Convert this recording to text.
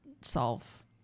solve